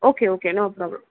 okay okay no problem